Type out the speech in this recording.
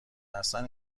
هستند